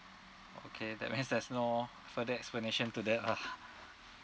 okay that means there's no further explanation to that lah